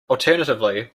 alternatively